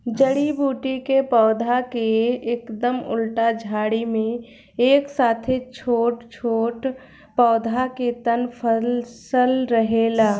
जड़ी बूटी के पौधा के एकदम उल्टा झाड़ी में एक साथे छोट छोट पौधा के तना फसल रहेला